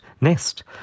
nest